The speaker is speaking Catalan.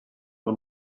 del